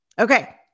Okay